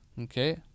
Okay